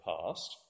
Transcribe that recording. past